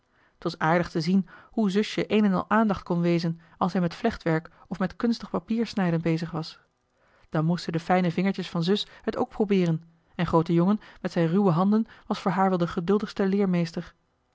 t was aardig te zien hoe zusje een en al aandacht kon wezen als hij met vlechtwerk of met kunstig joh h been paddeltje de scheepsjongen van michiel de ruijter papiersnijden bezig was dan moesten de fijne vingertjes van zus het ook probeeren en groote jongen met zijn ruwe handen was voor haar wel de geduldigste leermeester